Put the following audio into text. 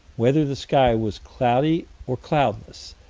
whether the sky was cloudy or cloudless,